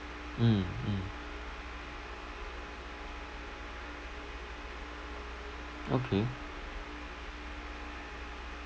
mm mm okay